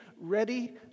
ready